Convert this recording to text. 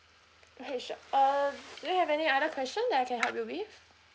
okay sure err do you have any other question that I can help you with